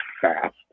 fast